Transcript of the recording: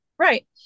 Right